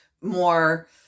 more